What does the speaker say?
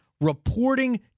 reporting